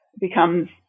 becomes